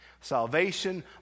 Salvation